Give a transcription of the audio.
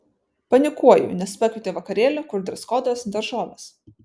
panikuoju nes pakvietė į vakarėlį kur dreskodas daržovės